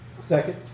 second